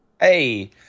hey